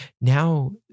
Now